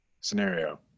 scenario